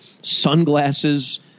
sunglasses